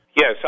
Yes